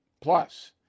Plus